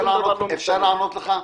אפשר לענות לך?